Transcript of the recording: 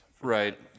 Right